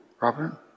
robert